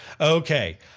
Okay